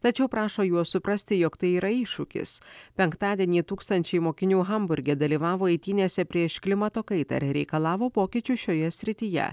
tačiau prašo juos suprasti jog tai yra iššūkis penktadienį tūkstančiai mokinių hamburge dalyvavo eitynėse prieš klimato kaitą ir reikalavo pokyčių šioje srityje